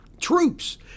Troops